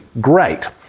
great